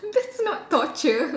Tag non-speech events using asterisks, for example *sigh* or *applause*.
that's not torture *laughs*